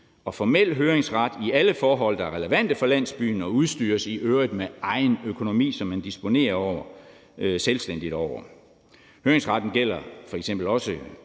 og formel høringsret i alle forhold, der er relevante for landsbyen, og i øvrigt udstyres med egen økonomi, som man disponerer selvstændigt over. Høringsretten gælder f.eks. også